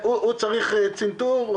הוא צריך צנתור,